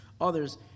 others